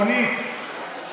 רונית.